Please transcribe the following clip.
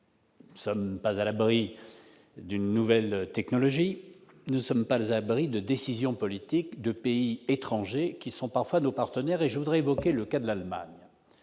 nous ne sommes pas à l'abri de l'apparition d'une nouvelle technologie ; nous ne sommes pas à l'abri de décisions politiques de pays étrangers, qui sont parfois nos partenaires. À cet égard, je veux évoquer le cas de l'Allemagne,